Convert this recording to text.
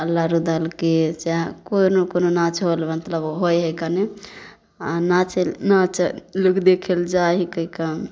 आल्हा उदलके चाहै कोनो कोनो नाच हौल मतलब होइ हइ कन आ नाच नाच लोक देखैले जाइ हिके कन